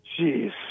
Jeez